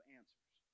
answers